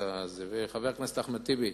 חבר הכנסת אחמד טיבי,